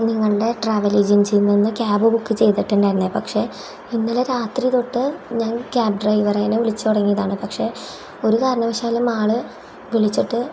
നിങ്ങളുടെ ട്രാവൽ ഏജൻസിയിൽ നിന്ന് ക്യാബ് ബുക്ക് ചെയ്തിട്ടുണ്ടായിരുന്നു പക്ഷെ ഇന്നലെ രാത്രി തൊട്ട് ഞാൻ ക്യാബ് ഡ്രൈവറേനെ വിളിച്ചു തുടങ്ങിയതാണ് പക്ഷേ ഒരു കാരണവശാലും ആൾ വിളിച്ചിട്ട്